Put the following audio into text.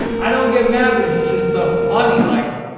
i don't get mad, but it's just so funny. like,